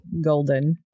golden